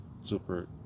super